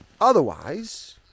Otherwise